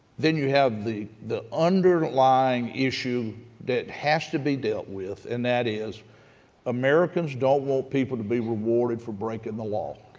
then you have the the underlying issue that has to be dealt with, and that is americans don't want people to be rewarded for breaking the law.